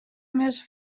més